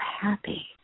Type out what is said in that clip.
happy